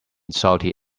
salty